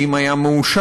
האם היה מאושר?